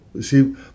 See